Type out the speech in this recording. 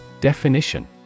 Definition